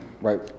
right